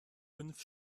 fünf